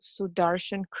Sudarshan